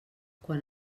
quan